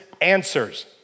answers